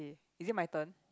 is it my turn